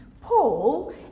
Paul